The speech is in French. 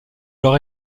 leur